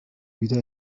vida